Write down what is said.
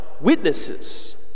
witnesses